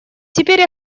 теперь